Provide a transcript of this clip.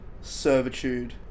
servitude